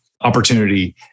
opportunity